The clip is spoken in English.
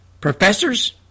professors